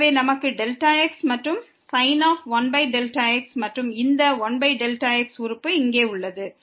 எனவே நமக்கு Δx மற்றும் sin 1x மற்றும் இந்த 1x உறுப்பு இங்கே உள்ளது